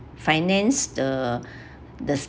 finance the the